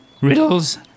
riddles